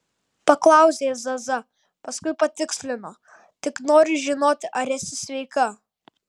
paklausė zaza paskui patikslino tik noriu žinoti ar esi sveika